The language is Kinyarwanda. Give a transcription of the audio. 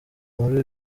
muri